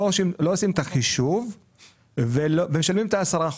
הם לא עושים את החישוב ומשלמים את ה-10%,